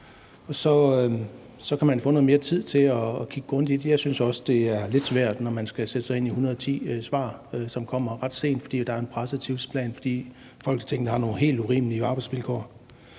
så kan man få noget mere tid til at kigge grundigt på det. Jeg synes også, det er lidt svært, når man skal sætte sig ind i 110 svar, som kommer ret sent, fordi der er en presset tidsplan, fordi Folketinget har nogle helt urimelige arbejdsvilkår.